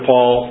Paul